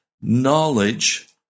knowledge